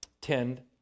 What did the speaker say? tend